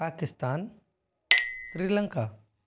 Pakistan Sri Lanka